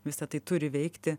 visa tai turi veikti